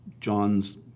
John's